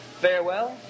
farewell